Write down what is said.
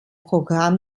programm